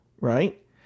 right